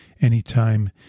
anytime